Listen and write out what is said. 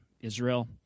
Israel